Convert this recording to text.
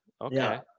Okay